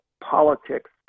politics